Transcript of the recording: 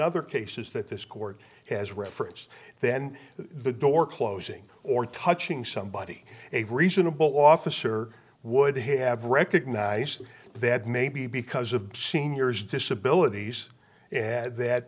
other cases that this court has referenced then the door closing or touching somebody a reasonable officer would have recognized that maybe because of seniors disabilit